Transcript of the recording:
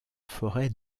forêt